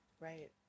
Right